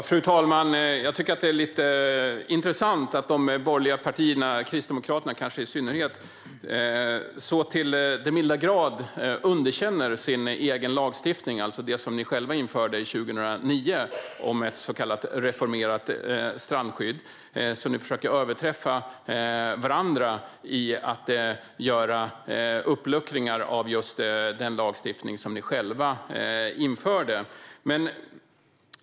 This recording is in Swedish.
Fru talman! Jag tycker att det är lite intressant att de borgerliga partierna, och kanske i synnerhet Kristdemokraterna, så till den milda grad underkänner sin egen lagstiftning - det vill säga det så kallade reformerade strandskydd man införde 2009 - att man försöker överträffa varandra i att göra uppluckringar i den. Det är alltså en lagstiftning som man själv har infört.